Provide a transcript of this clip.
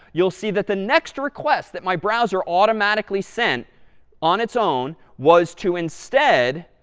you'll see that the next request that my browser automatically sent on its own was to instead,